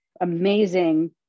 amazing